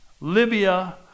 Libya